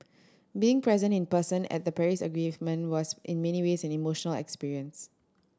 being present in person at the Paris Agreement was in many ways an emotional experience